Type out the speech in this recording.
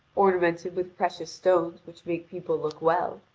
ornamented with precious stones which make people look well,